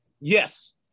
yes